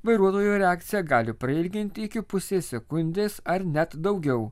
vairuotojo reakciją gali prailginti iki pusės sekundės ar net daugiau